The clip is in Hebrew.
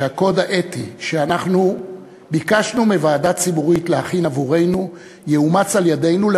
שהקוד האתי שאנחנו ביקשנו מוועדה ציבורית להכין עבורנו יאומץ על-ידינו,